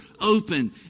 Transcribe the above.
open